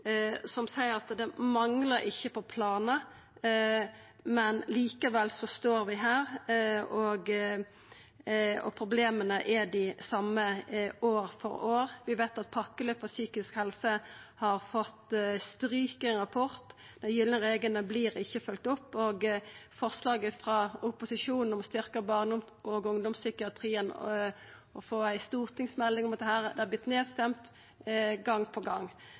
som seier at det ikkje manglar på planar, men likevel står vi her, og problema er dei same år etter år. Vi veit at pakkeløp for psykisk helse har fått stryk i rapportar. Den gylne regelen vert ikkje følgt opp, og forslaget frå opposisjonen om å styrkja barne- og ungdomspsykiatrien og få ei stortingsmelding om dette har vorte stemt ned gong på gong. Eg håpar at